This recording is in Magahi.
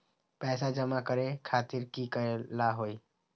पैसा जमा करे खातीर की करेला होई?